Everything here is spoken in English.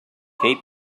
keep